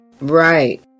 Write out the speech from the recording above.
Right